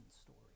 story